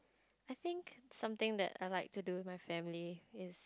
I think something that I like to do with my family is